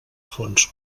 fons